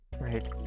right